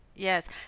Yes